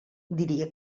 diria